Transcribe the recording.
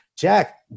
Jack